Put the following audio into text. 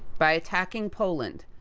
by attacking poland.